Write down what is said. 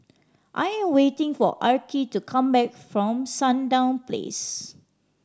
I am waiting for Arkie to come back from Sandown Place